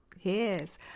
Yes